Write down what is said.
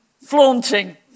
flaunting